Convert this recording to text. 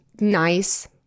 nice